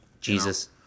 jesus